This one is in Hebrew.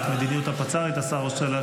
מדיניות הפצ"ר, אתה רוצה להשיב?